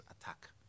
attack